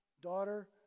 daughter